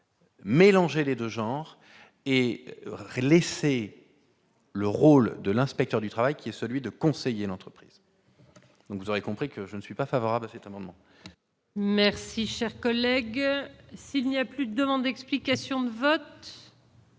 mélanger les 2 genres et re-c'est le rôle de l'inspecteur du travail qui est celui de conseiller d'entreprise, vous aurez compris que je ne suis pas favorable, c'est un moment. Merci, cher collègue, s'il n'y a plus de demande, explications de vote.